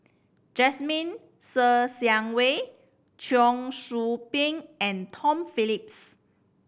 Jasmine Ser Xiang Wei Cheong Soo Pieng and Tom Phillips